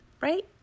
right